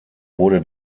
wurde